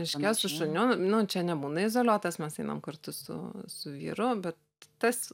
miške su šuniu nu čia nebūna izoliuotas mes einam kartu su su vyru bet tas